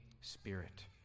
Spirit